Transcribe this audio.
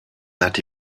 that